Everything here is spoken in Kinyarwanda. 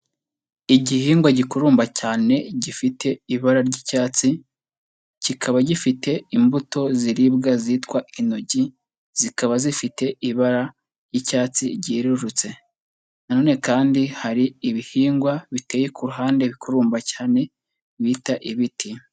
Igihingwa gikurumba cyane gifite ibara ry'icyatsi, kikaba gifite imbuto ziribwa zitwa intoryi, zikaba zifite ibara ry'icyatsi ryerurutse, na none kandi hari ibihingwa biteye ku ruhande bikurumba cyane bita ibiti.